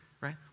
right